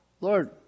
Lord